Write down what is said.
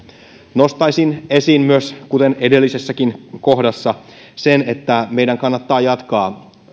nostaisin esiin myös kuten edellisessäkin kohdassa sen että meidän kannattaa jatkaa